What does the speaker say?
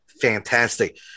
fantastic